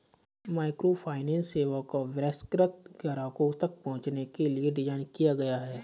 microfinance सेवाओं को बहिष्कृत ग्राहकों तक पहुंचने के लिए डिज़ाइन किया गया है